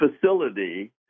facility